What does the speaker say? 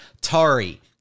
Tari